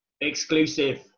Exclusive